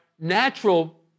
natural